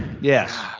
Yes